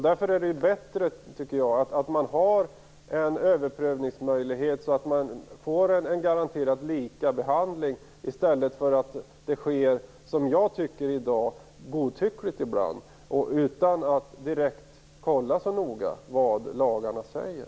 Därför är det bättre att ha en överprövningsmöjlighet, så att det garanterat blir en lika behandling i stället för att det sker, som jag tycker, godtyckligt ibland och utan att man så noga kollar vad lagarna säger.